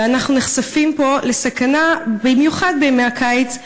ואנחנו נחשפים פה לסכנה, במיוחד בימי הקיץ.